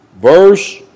Verse